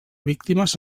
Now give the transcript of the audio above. víctimes